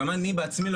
גם אני בעצמי,